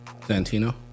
Santino